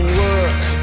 work